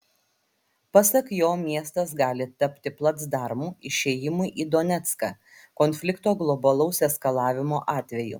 pasak jo miestas gali tapti placdarmu išėjimui į donecką konflikto globalaus eskalavimo atveju